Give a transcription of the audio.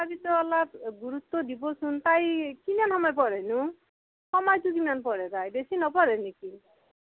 ছোৱালীটো অলপ গুৰুত্ব দিবচোন তাই কিমান সময় পঢ়ে নো সময়তো কিমান পঢ়ে তাই বেছি নপঢ়ে নেকি